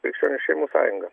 krikščionių šeimų sąjunga